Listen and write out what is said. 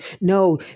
No